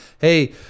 hey